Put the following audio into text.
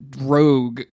Rogue